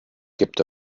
gibt